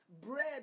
bread